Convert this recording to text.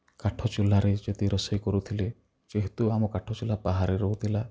କାଠ ଚୁଲାରେ ଯଦି ରୋଷେଇ କରୁଥିଲି ଯେହେତୁ ଆମ କାଠ ଚୁଲା ବାହାରେ ରହୁଥିଲା